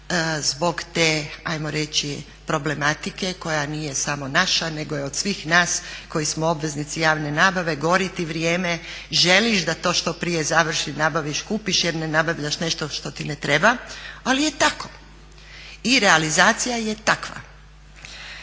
zbog te hajmo reći problematike koja nije samo naša, nego je od svih nas koji smo obveznici javne nabave, gori ti vrijeme, želiš da to što prije završi, nabaviš kupiš, jer ne nabavljaš nešto što ti ne treba. Ali je tako. I realizacija je takva.